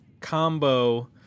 combo